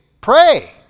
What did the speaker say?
Pray